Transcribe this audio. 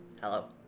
hello